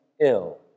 ill